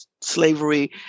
slavery